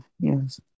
Yes